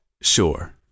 Sure